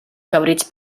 cabrits